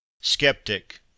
Skeptic